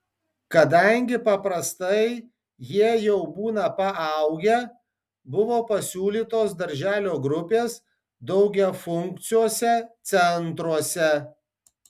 kadangi paprastai jie jau būna paaugę buvo pasiūlytos darželio grupės daugiafunkciuose centruose